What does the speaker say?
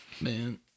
Man